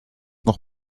noch